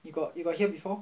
you got you got hear before